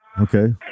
Okay